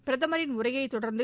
பிரதமரின் உரையைத் தொடர்ந்து